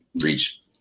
reach